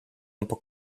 miną